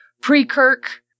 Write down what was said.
pre-Kirk